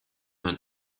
man